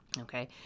okay